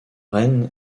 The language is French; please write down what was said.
haine